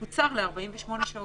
הצו הזה קוצר ל-48 שעות.